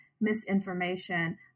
misinformation